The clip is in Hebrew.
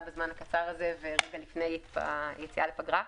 בזמן הקצר הזה ורגע לפני היציאה לפגרה.